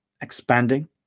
expanding